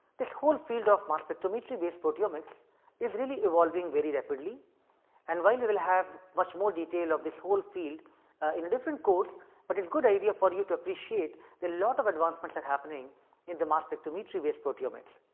this whole field of mass spectrometry based proteomics is really evolving very rapidly and while you will have much more detail of this whole field in a different course but it is good idea for you to appreciate there are lot of advancements are happening in the mass spectrometry based proteomics.